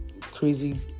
crazy